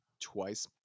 twice